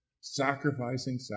sacrificing